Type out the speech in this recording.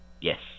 Yes